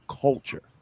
culture